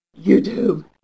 YouTube